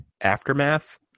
aftermath